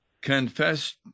confess